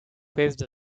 faced